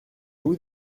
vous